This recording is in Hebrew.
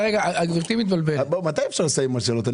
מתי אפשר לסיים עם השאלות?